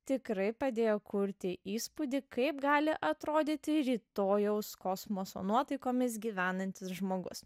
tikrai padėjo kurti įspūdį kaip gali atrodyti rytojaus kosmoso nuotaikomis gyvenantis žmogus